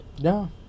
No